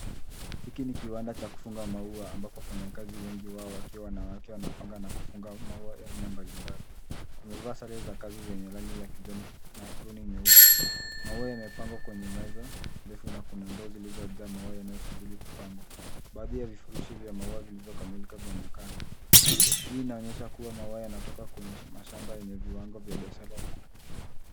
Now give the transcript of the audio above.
Hiki ni kiwanda cha kufungasha maua, ambapo wafanyakazi wengi wanaonekana wakichagua na kufunga maua ya aina mbalimbali. Wamevaa sare za kazi zenye rangi ya kijani na aproni nyeupe. Maua yamepangwa kwenye meza, na pembeni kuna ndoo zilizojazwa maua tayari kufungashwa. Hii inaonyesha kuwa maua hayo yanatoka kwenye mashamba yenye viwango vya juu na ubora bora.